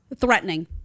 threatening